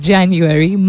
January